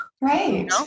right